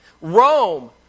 Rome